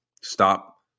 Stop